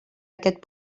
aquest